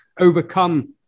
overcome